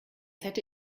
hätte